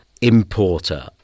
importer